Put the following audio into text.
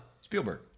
Spielberg